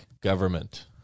government